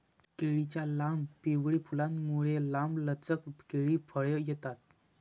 केळीच्या लांब, पिवळी फुलांमुळे, लांबलचक केळी फळे येतात